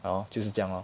!hannor! 就是这样 lor